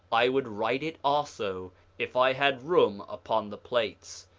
i would write it also if i had room upon the plates,